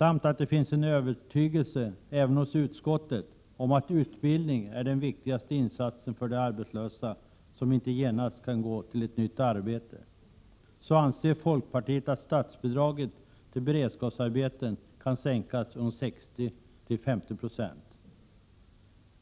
om att det är gynnsamt — och eftersom det finns en övertygelse även hos utskottet om att utbildning är den viktigaste insatsen för de arbetslösa som inte genast kan gå till ett nytt arbete, anser folkpartiet att statsbidraget till beredskapsarbeten kan sänkas från 60 till 50 90.